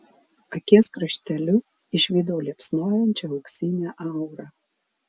akies krašteliu išvydau liepsnojančią auksinę aurą